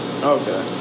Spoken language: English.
Okay